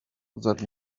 that